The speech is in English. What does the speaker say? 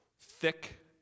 thick